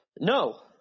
No